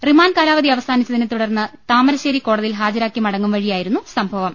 remand കാലാവധി അവസാനി ച്ചതിനെ തുടർന്ന് താമരശ്ശേരി കോടതിയിൽ ഹാജരാക്കി മടങ്ങും വഴിയാ യിരുന്നു സംഭവം